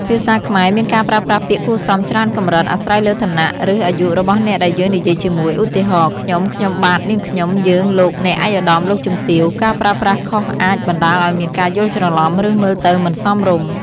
ភាសាខ្មែរមានការប្រើប្រាស់ពាក្យគួរសមច្រើនកម្រិត អាស្រ័យលើឋានៈ ឬអាយុរបស់អ្នកដែលយើងនិយាយជាមួយ ឧទាហរណ៍ ខ្ញុំ ខ្ញុំបាទ នាងខ្ញុំ យើង លោក អ្នក ឯកឧត្តម លោកជំទាវ។ ការប្រើប្រាស់ខុសអាចបណ្ដាលឱ្យមានការយល់ច្រឡំ ឬមើលទៅមិនសមរម្យ។